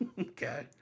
Okay